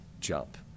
jump